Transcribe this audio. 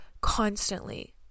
constantly